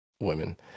women